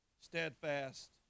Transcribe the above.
Steadfast